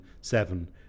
seven